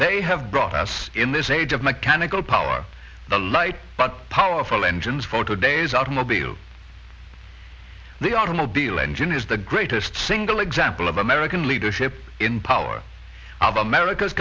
they have brought us in this age of mechanical power to light but powerful engines for today's automobile the automobile engine is the greatest single example of american leadership in power america's